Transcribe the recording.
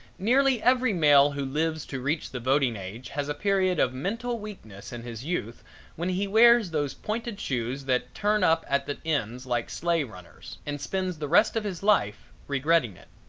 nearly every male who lives to reach the voting age has a period of mental weakness in his youth when he wears those pointed shoes that turn up at the ends, like sleigh runners and spends the rest of his life regretting it.